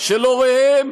של הוריהם